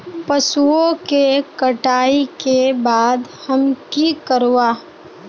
पशुओं के कटाई के बाद हम की करवा?